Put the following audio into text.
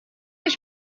ich